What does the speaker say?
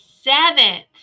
seventh